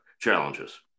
challenges